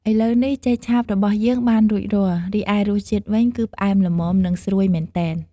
ឥឡូវនេះ ចេកឆាបរបស់យើងបានរួចរាល់ រីឯរសជាតិវិញ គឺផ្អែមល្មម និងស្រួយមែនទែន។